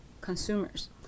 consumers